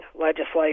legislation